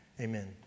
Amen